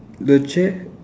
the chair